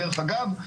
דרך אגב,